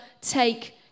take